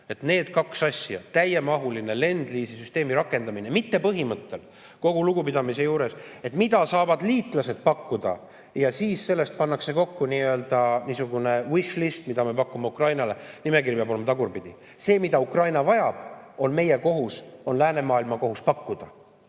Need kaks asja, täiemahulinelend-lease'i süsteemi rakendamine, aga mitte põhimõttel, kogu lugupidamise juures, et mida saavad liitlased pakkuda ja siis selle järgi pannakse kokku niisugunewishlist, mida me pakume Ukrainale. Ei, nimekiri peab olema tagurpidi. Seda, mida Ukraina vajab, on meie kohus, läänemaailma kohus neile pakkuda.